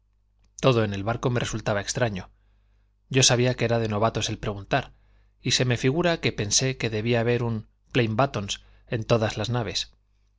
todo en el barco me resultaba extraño yo sabía que era de novatos el preguntar y se me figura que pensé que debía haber un plain buttons en todas las naves